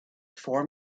four